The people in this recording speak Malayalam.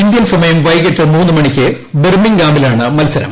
ഇന്ത്യൻ സമയം വൈകിട്ട് മൂന്ന് മണിക്ക് ബെർമിങ്ഗാമിലാണ് മത്സരം